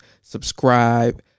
subscribe